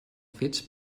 fets